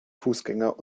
fußgänger